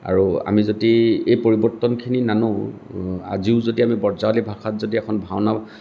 আৰু আমি যদি এই পৰিৱৰ্তনখিনি নানো আজিও যদি আমি ব্ৰজাৱলী ভাষাত যদি এখন ভাওনা